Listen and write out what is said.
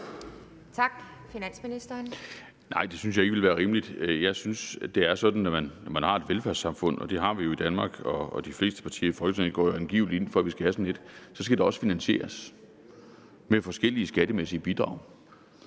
(Bjarne Corydon): Nej, det synes jeg ikke ville være rimeligt. Jeg synes, det er sådan, at når man har et velfærdssamfund – og det har vi jo i Danmark, og de fleste partier i Folketinget går angiveligt ind for, at vi skal have sådan et – skal det også finansieres af forskellige skattemæssige bidrag.